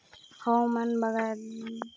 हवामान बदलाचो आरोग्याक काय परिणाम होतत?